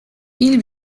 ils